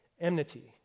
enmity